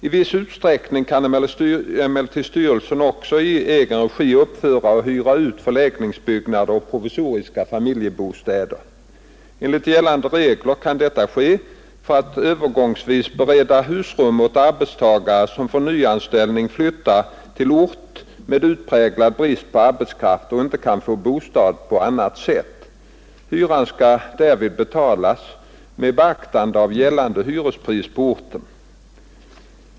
I viss utsträckning kan emellertid styrelsen också i egen regi uppföra och hyra ut förläggningsbyggnader och provisoriska familjebostäder. Enligt gällande regler kan detta ske för att övergångsvis bereda husrum åt arbetstagare, som för nyanställning flyttar till ort med utpräglad brist på arbetskraft och inte kan få bostad på annat sätt. Hyra skall därvid betalas med beaktande av gällande hyrespriser på orten.